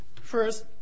first